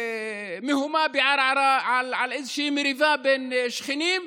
מהומה בערערה או על איזושהי מריבה בין שכנים.